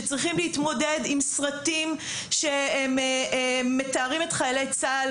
שצריכים להתמודד עם סרטים שהם מתארים את חיילי צה"ל